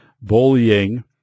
bullying